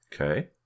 Okay